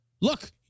look